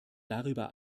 darüber